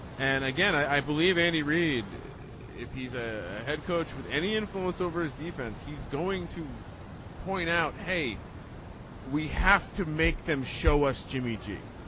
and again i believe andy reid if he's a head coach with any influence over his defense he's going to point out hey we have to make them show us jimmy g.